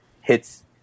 hits